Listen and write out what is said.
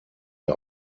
der